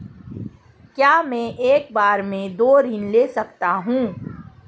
क्या मैं एक बार में दो ऋण ले सकता हूँ?